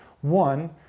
one